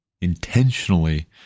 intentionally